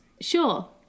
Sure